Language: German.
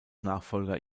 nachfolger